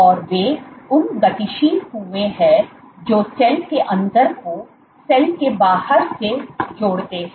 और वे उन गतिशील कुओं हैं जो सेल के अंदर को सेल के बाहर से जोड़ते हैं